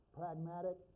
pragmatic